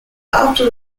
after